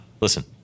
listen